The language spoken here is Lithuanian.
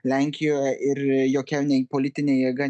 lenkijoje ir jokia nei politinė jėga